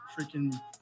freaking